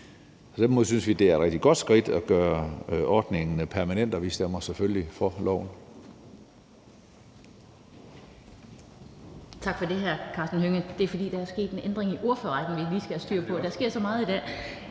måde synes vi, at det er et rigtig godt skridt at gøre ordningen permanent, og vi stemmer selvfølgelig for